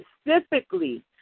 specifically